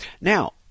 Now